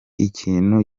ikintu